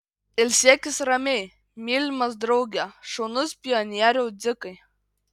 ilsėkis ramiai mylimas drauge šaunus pionieriau dzikai